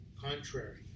Contrary